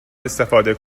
استفاده